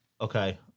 Okay